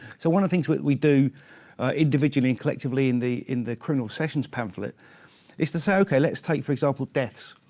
so one of the things we we do individually and collectively in the in the criminal sessions pamphlet is to say, ok, let's take, for example, deaths.